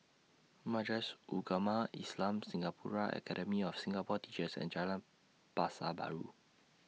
Majlis Ugama Islam Singapura Academy of Singapore Teachers and Jalan Pasar Baru